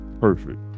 perfect